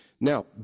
Now